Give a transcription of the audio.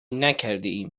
نکردهایم